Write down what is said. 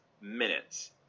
minutes